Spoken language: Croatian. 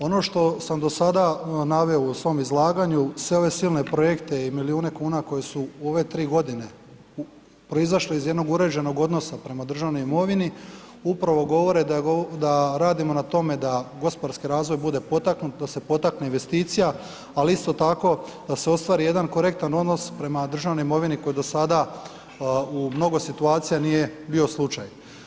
Ono što sam do sada naveo u svom izlaganju, sve ove silne projekte i milijune kuna koje su u ove 3.g. proizašle iz jednog uređenog odnosa prema državnoj imovini, upravo govore da radimo na tome da gospodarski razvoj bude potaknut, da se potakne investicija, ali isto tako da se ostvari jedan korektan odnos prema državnoj imovini koji do sada u mnogo situacija nije bio slučaj.